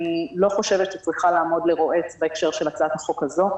אני לא חושבת שצריכה לעמוד לרועץ בהקשר של הצעת החוק הזו.